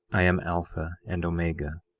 i am alpha and omega,